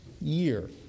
year